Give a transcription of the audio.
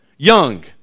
Young